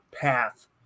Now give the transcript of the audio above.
path